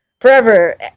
forever